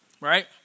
right